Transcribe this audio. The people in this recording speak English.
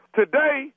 today